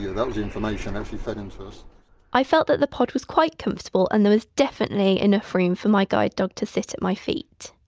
that was information actually feed into us i felt that the pod was quite comfortable and there was definitely enough room for my guide dog to sit at my feet.